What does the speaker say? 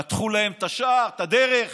פתחו להם את השער, את הדרך.